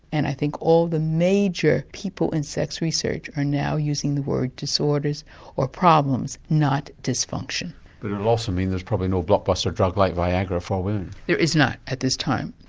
and i think all the major people in sex research are now using the word disorders or problems, not dysfunction. but it will also mean there's probably no blockbuster drug like viagra for women. there is not, at this time.